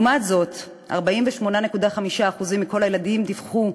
לעומת זאת, 48.5% מכל הילדים דיווחו